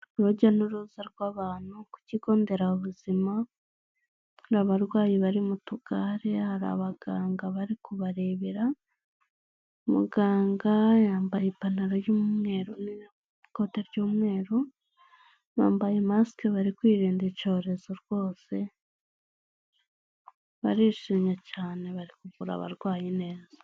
Urujya n'uruza rw'abantu ku kigo nderabuzima, hari abarwayi bari mu tugare, hari abaganga bari kubarebera, muganga yambaye ipantaro y'umweru n'ikote ry'umweru bambaye masike bari kwirinda icyorezo rwose, barishimye cyane bari kuvura abarwayi neza.